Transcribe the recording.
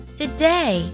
today